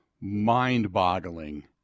mind-boggling